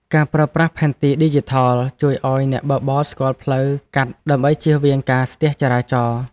ការប្រើប្រាស់ផែនទីឌីជីថល ជួយឱ្យអ្នកបើកបរស្គាល់ផ្លូវកាត់ដើម្បីជៀសវាងការស្ទះចរាចរណ៍។